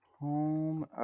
Home